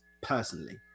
personally